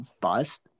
bust